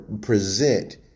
present